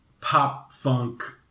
pop-funk